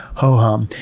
ho hum.